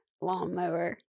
lawnmower